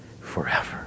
forever